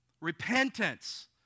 Repentance